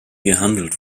gehandelt